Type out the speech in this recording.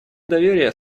доверия